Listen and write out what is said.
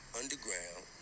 underground